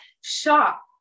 shop